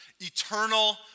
eternal